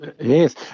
Yes